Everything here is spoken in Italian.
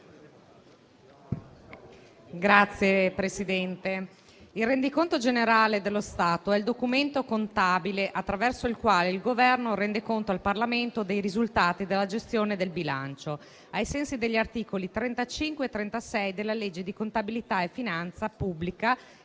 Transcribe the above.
Signor Presidente, il rendiconto generale dello Stato è il documento contabile attraverso il quale il Governo rende conto al Parlamento dei risultati della gestione del bilancio, ai sensi degli articoli 35 e 36 della legge di contabilità e finanza pubblica